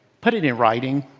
put it in writing.